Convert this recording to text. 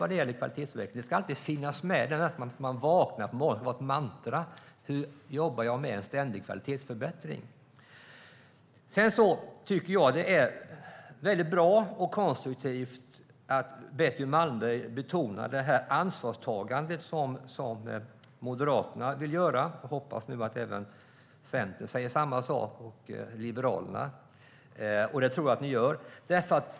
Varje morgon när man vaknar ska man upprepa ett mantra om hur man ska jobba med den ständiga kvalitetsförbättringen. Det är bra och konstruktivt att Betty Malmberg betonar ansvarstagandet som Moderaterna vill ta. Jag hoppas att även Centern och Liberalerna säger samma sak. Det tror jag att ni gör.